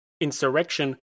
Insurrection